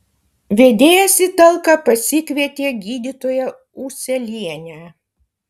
vedėjas į talką pasikvietė gydytoją ūselienę